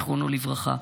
זכרונו לברכה,